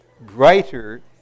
brighter